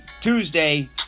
Tuesday